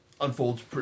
unfolds